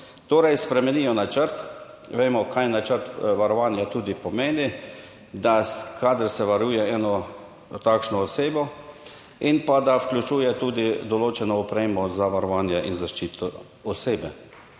Torej spremenijo načrt, vemo kaj načrt varovanja tudi pomeni, da kadar se varuje eno takšno osebo in pa da vključuje tudi določeno opremo za varovanje in zaščito osebe.